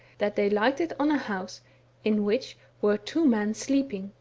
that they lighted on a house in which were two men sleeping,